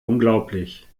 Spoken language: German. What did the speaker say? unglaublich